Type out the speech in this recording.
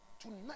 tonight